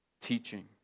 teaching